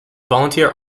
volunteer